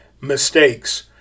mistakes